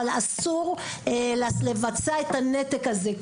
אבל אסור לבצע את הנתק הזה,